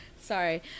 Sorry